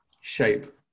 shape